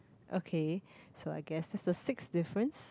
okay so I guess is the sixth difference